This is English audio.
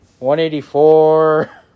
184